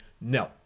no